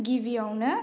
गिबियावनो